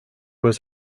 was